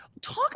Talk